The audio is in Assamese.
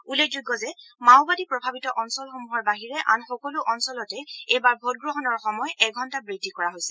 উল্লেখযোগ্য যে মাওবাদী প্ৰভাৱিত অঞ্চলসমূহৰ বাহিৰে আন সকলো অঞ্চলতে এইবাৰ ভোটগ্ৰহণৰ সময় এঘণ্টা বৃদ্ধি কৰা হৈছে